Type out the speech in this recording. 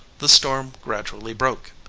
the storm gradually broke.